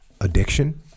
addiction